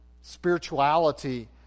spirituality